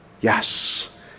Yes